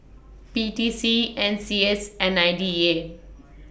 P T C N C S and I D A